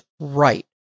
right